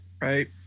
Right